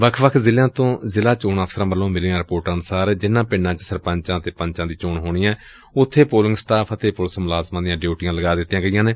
ਵੱਖ ਵੱਖ ਜ਼ਿਲ਼ਿਆਂ ਤੋਂ ਜ਼ਿਲ਼ਾ ਚੋਣ ਅਫਸਰਾਂ ਵੱਲੋਂ ਮਿਲੀਆਂ ਰਿਪੋਰਟਾਂ ਅਨੁਸਾਰ ਜਿਨਾਂ ਪਿੰਡਾਂ ਚ ਸਰਪੰਚਾਂ ਅਤੇ ਪੰਚਾਂ ਦੀ ਚੋਣ ਹੋਣੀ ਏ ਉੱਬੇ ਪੋਲਿੰਗ ਸਟਾਫ਼ ਅਤੇ ਪੁਲਿਸ ਮੁਲਾਜ਼ਮਾਂ ਦੀਆਂ ਡਿਉਟੀਆਂ ਲਗਾ ਦਿੱਤੀਆਂ ਗਈਆਂ ਨੇ